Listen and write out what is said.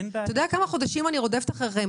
אתה יודע כמה חודשים אני רודפת אחריכם,